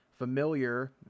familiar